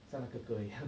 像那个歌一样